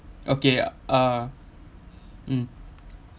okay uh mm